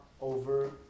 over